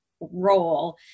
role